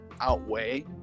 outweigh